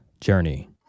journey